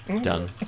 Done